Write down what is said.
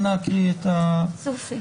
אנא הקריאי את הסעיף.